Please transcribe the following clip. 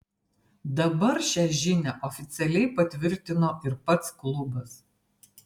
dabar šią žinią oficialiai patvirtino ir pats klubas